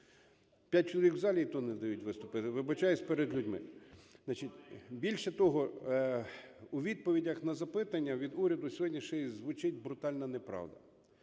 5 чоловік у залі і то не дають виступити. Вибачаюсь перед людьми. Значить, більше того, у відповідях на запитання від уряду сьогодні ще й звучить брутальна неправда.